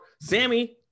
Sammy